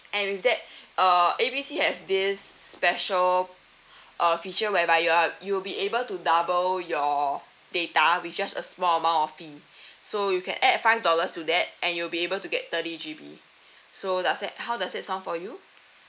and with that uh A B C have this special uh feature whereby you're you'll be able to double your data with just a small amount of fee so you can add a five dollars to that and you'll be able to get thirty G_B so does that how does that sound for you